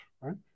right